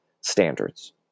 standards